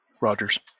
Rogers